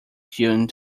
chewing